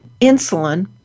insulin